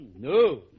No